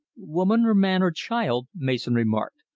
woman or man or child, mason remarked,